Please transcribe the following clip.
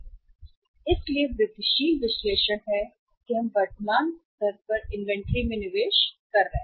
इसलिए मदद के साथ वृद्धिशील विश्लेषण है कि हम वर्तमान स्तर पर इन्वेंट्री में निवेश कर रहे हैं